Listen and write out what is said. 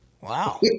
Wow